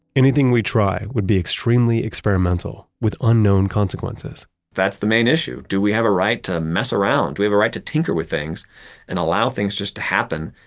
anything we try would be extremely experimental with unknown consequences that's the main issue. do we have a right to mess around? do we have a right to tinker with things and allow things just to happen?